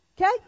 Okay